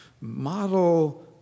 model